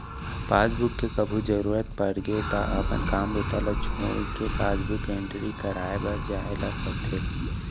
passbook के कभू जरूरत परगे त अपन काम बूता ल छोड़के पासबुक एंटरी कराए बर जाए ल परथे